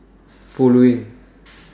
following